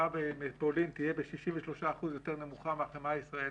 החמאה מפולין תהיה יותר נמוכה ב-63% מהחמאה הישראלית?